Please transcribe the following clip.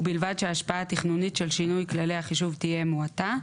ובלבד שההשפעה התכנונית של שינוי כללי החישוב תהיה מועטה,